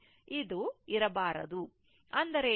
ಆದ್ದರಿಂದ ಇದು ಹೋಗಬೇಕು ಏಕೆಂದರೆ ಇದು ಓಪನ್ ಸರ್ಕ್ಯೂಟ್ ಆಗಿರುತ್ತದೆ